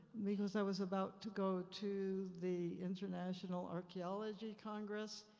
because i was about to go to the international archeology congress,